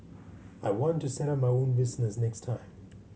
I want to set up my own business next time